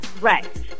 Right